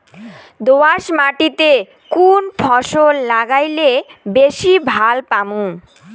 দোয়াস মাটিতে কুন ফসল লাগাইলে বেশি লাভ পামু?